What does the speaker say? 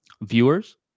viewers